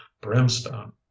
brimstone